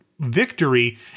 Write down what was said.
victory